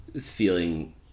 feeling